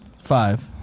Five